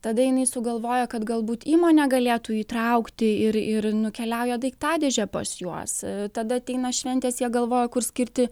tada jinai sugalvoja kad galbūt įmonę galėtų įtraukti ir ir nukeliauja daiktadėže pas juos tada ateina šventės jie galvoja kur skirti